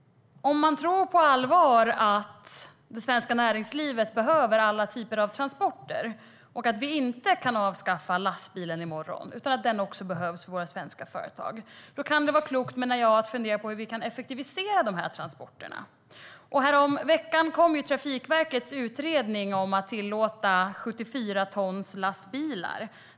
Om man på allvar tror att det svenska näringslivet behöver alla typer av transporter och att vi inte kan avskaffa lastbilen i morgon utan att den också behövs för våra svenska företag kan det, menar jag, vara klokt att fundera på hur vi kan effektivisera transporterna. Häromveckan kom Trafikverkets utredning om att tillåta 74-tonslastbilar.